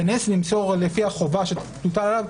לפי החובה שתוטל עליו,